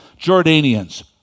Jordanians